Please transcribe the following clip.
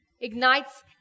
ignites